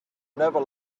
never